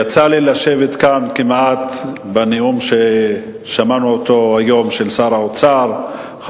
יצא לי לשבת כאן בנאום של שר האוצר ששמענו היום,